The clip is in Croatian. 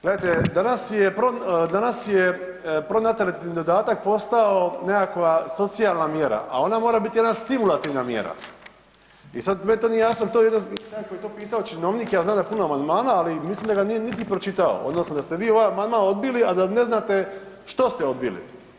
Gledajte, danas je, danas je pronatalitetni dodatak postao nekakva socijalna mjera, a ona mora biti jedna stimulativna mjera i sad meni to nije jasno, to je … [[Govornik se ne razumije]] taj koji je to pisao činovnik, ja znam da je puno amandmana, ali mislim da ga nije niti pročitao odnosno da ste vi ovaj amandman odbili, a da ne znate što ste odbili.